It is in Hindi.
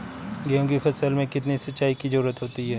गेहूँ की फसल में कितनी सिंचाई की जरूरत होती है?